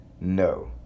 No